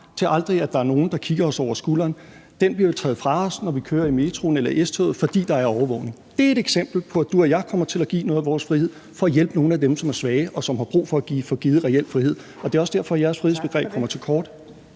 der aldrig er nogen der kigger os over skulderen, jo bliver taget fra os, når vi kører i metroen eller i S-toget, fordi der er overvågning. Det er et eksempel på, at spørgeren og jeg kommer til at give noget af vores frihed for at hjælpe nogle af dem, som er svage, og som har brug for at få givet reel frihed. Det er også derfor, at jeres frihedsbegreb kommer til kort.